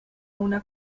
una